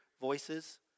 voices